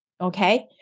Okay